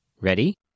Ready